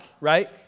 right